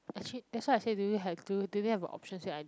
actually that's why I say do you have do do they have the options I